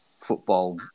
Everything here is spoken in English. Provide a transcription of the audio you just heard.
football